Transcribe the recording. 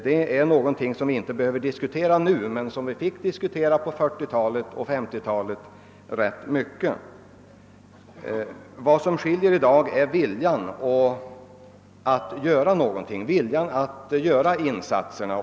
Den frågan behöver vi inte diskutera nu, men vi fick göra det ganska mycket på 1940 och 1950-talen. Vad som skiljer i dag är viljan att åstadkomma någonting, viljan att göra insatserna.